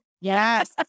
Yes